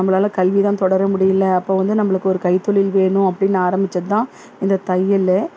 நம்மளால கல்வி தான் தொடர முடியல அப்போ வந்து நம்மளுக்கு ஒரு கை தொழில் வேணும் அப்படின்னு ஆரம்பிச்சது தான் இந்த தையல்